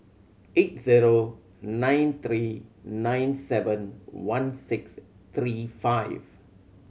eight zero nine three nine seven one six three five